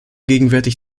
gegenwärtig